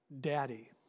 daddy